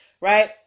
right